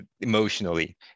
emotionally